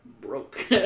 broke